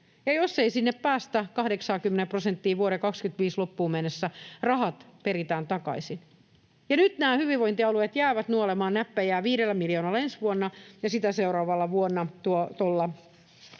jos ei sinne päästä, 80 prosenttiin vuoden 25 loppuun mennessä, rahat peritään takaisin, ja nyt nämä hyvinvointialueet jäävät nuolemaan näppejään viidellä miljoonalla ensi vuonna ja 30 miljoonalla